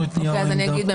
רק